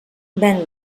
ven